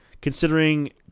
considering